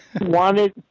wanted